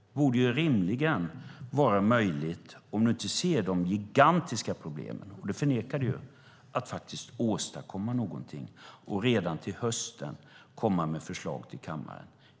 Det borde rimligen vara möjligt - om du inte ser de gigantiska problemen, det förnekar du ju - att faktiskt åstadkomma någonting och redan till hösten komma med förslag till kammaren.